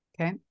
Okay